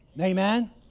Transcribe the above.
Amen